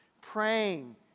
praying